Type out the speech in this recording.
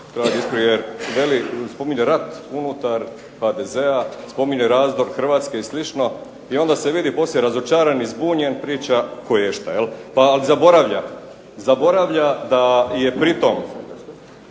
spominje rat unutar HDZ-a, spominje razdor Hrvatske i slično i onda se vidi poslije razočaran i zbunjen priča koješta. Ali zaboravlja da je pritom